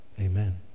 Amen